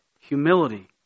humility